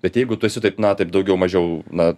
bet jeigu tu esi taip na taip daugiau mažiau na